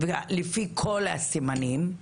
לפי כל הסימנים,